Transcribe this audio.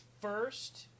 First